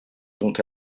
dont